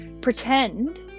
pretend